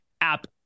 app